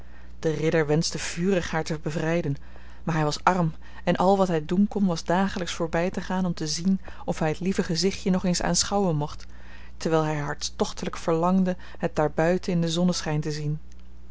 de ridder wenschte vurig haar te bevrijden maar hij was arm en al wat hij doen kon was dagelijks voorbij te gaan om te zien of hij het lieve gezichtje nog eens aanschouwen mocht terwijl hij hartstochtelijk verlangde het daarbuiten in den zonneschijn te zien